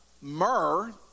myrrh